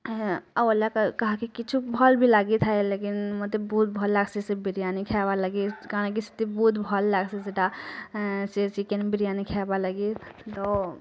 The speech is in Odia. ଆହେ ଓଲା କାହାକି କିଛି ଭଲ ବି ଲାଗି ଥାଏ ଲେକିନ୍ ମୋତେ ବହୁତ ଭଲ ଲାଗ୍ସି ସେ ବିରିୟାନୀ ଖାଇବାର୍ ଲାଗି କାହିଁକି ସେଇଠି ବହୁତ ଭଲ ଲାଗ୍ସି ସେଇଟା ସେ ଚିକେନ୍ ବିରିୟାନୀ ଖାଇବା ଲାଗି ତ